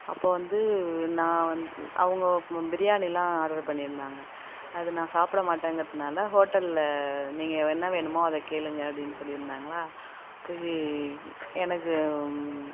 அப்போ வந்து நான் வந் அவங்கோ பிரியாணியெலாம் ஆர்ட்ரு பண்ணியிருந்தாங்க அது நான் சாப்பிட மாட்டேங்கிறதுனால் ஹோட்டலில் நீங்கள் என்ன வேணுமோ அதை கேளுங்க அப்படினு சொல்லியிருந்தாங்களா போய் எனக்கு